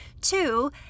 Two